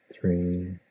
Three